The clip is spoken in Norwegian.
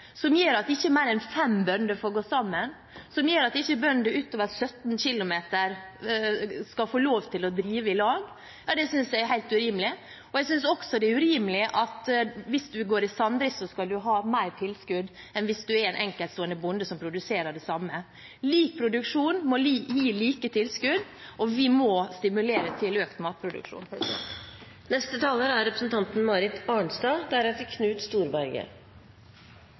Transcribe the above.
som gjør at ikke mer enn fem bønder får gå sammen, som gjør at bønder med mer enn 17 km avstand fra hverandre ikke skal få lov til å drive i lag, synes jeg er helt urimelig. Jeg synes også det er urimelig at hvis man går i samdrift, skal man ha mer tilskudd enn hvis man er en enkeltstående bonde som produserer det samme. Lik produksjon må gi like tilskudd, og vi må stimulere til økt matproduksjon.